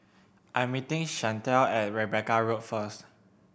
I'm meeting Chantel at Rebecca Road first